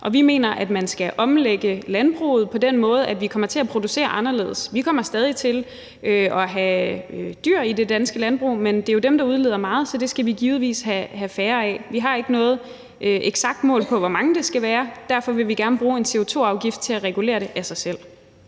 Vi mener, at man skal omlægge landbruget på den måde, at vi kommer til at producere anderledes. Vi kommer stadig til at have dyr i det danske landbrug, men det er jo dem, der udleder meget, så det skal vi givetvis have færre af. Vi har ikke noget eksakt mål for, hvor mange dyr der skal være – derfor vil vi gerne bruge en CO2-afgift til at regulere det af sig selv.